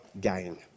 gain